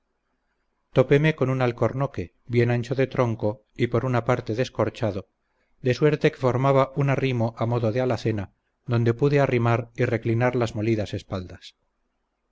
topéme con un alcornoque bien ancho de tronco y por una parte descorchado de suerte que formaba un arrimo a modo de alacena donde pude arrimar y reclinar las molidas espaldas